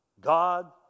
God